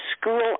school